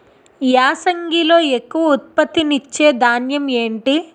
యాసంగిలో ఎక్కువ ఉత్పత్తిని ఇచే ధాన్యం ఏంటి?